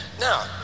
now